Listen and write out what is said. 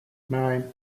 nine